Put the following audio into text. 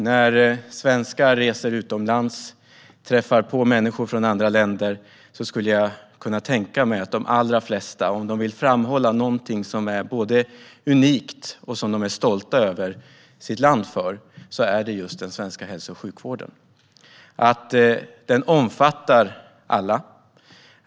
När svenskar reser utomlands och träffar människor från andra länder kan jag tänka mig att om det är något de allra flesta vill framhålla som något unikt för Sverige, något som gör dem stolta över sitt land, är det den svenska hälso och sjukvården. Att den omfattar alla.